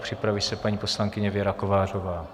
Připraví se paní poslankyně Věra Kovářová.